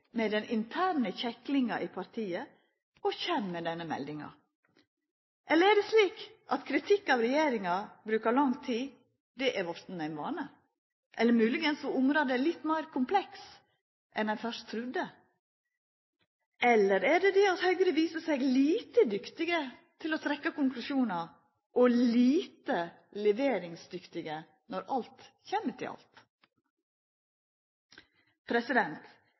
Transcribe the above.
med den interne kjeklinga i partiet og kjem med denne meldinga. Eller er det slik at kritikk av at regjeringa brukar lang tid, er vorte ein vane? Eller kan hende var området litt meir komplekst enn ein fyrst trudde? Eller er det det at Høgre viser seg lite dyktig til å trekkje konklusjonar og lite leveringsdyktige når alt kjem til